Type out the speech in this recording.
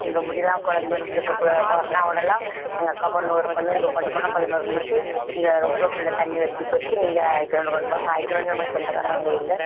இங்கே முடியலைனா கொழந்தைகள் இருந்து கொரனாவோடலாம் எங்கள் அக்கா பொண்ணு ஒரு பொண்ணு இங்கே கொண்டு போனோம் பதினோரு மணிக்கு இங்கே ரொம்ப பிள்ள தண்ணி வற்றி போச்சு நீங்கள் ஜக்ரண்ட் கொண்டு போங்க ஜக்ரண்ட் நமக்கு சொந்தகாரங்க அங்கே இல்லை